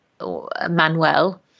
Manuel